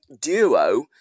duo